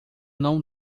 não